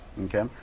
okay